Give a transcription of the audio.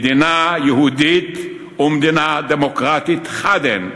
מדינה יהודית ומדינה דמוקרטית חד הן.